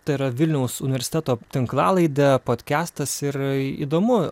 tai yra vilniaus universiteto tinklalaidė podkestas ir įdomu